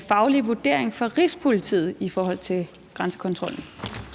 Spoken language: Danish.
faglig vurdering fra Rigspolitiet i forhold til grænsekontrollen.